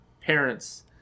parents